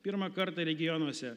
pirmą kartą regionuose